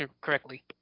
correctly